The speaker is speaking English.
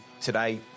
today